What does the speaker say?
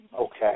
Okay